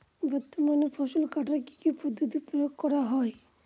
বর্তমানে ফসল কাটার কি কি পদ্ধতি প্রয়োগ করা হয়?